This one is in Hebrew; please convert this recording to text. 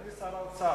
אדוני שר האוצר,